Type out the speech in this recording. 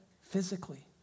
physically